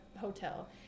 hotel